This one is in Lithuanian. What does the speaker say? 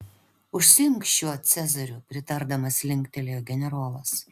užsiimk šiuo cezariu pritardamas linktelėjo generolas